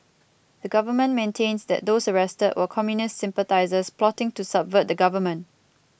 the government maintains that those arrested were communist sympathisers plotting to subvert the government